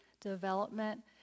development